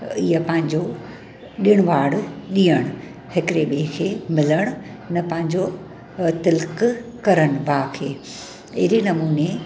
इहा पंहिंजो ॾिणु वाण ॾिअणु हिकिरे ॿिए खे मिलण न पंहिंजो तिलक करनि भाउ खे अहिड़े नमूने